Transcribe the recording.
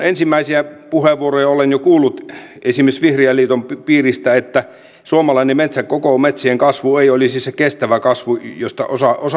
ensimmäisiä puheenvuoroja olen jo kuullut esimerkiksi vihreän liiton piiristä että koko suomalainen metsien kasvu ei olisi se kestävä kasvu josta osa voitaisiin